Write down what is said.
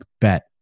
bet